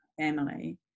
family